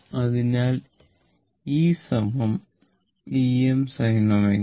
അതിനാൽ e Em sin ω t